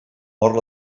orla